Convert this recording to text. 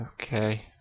okay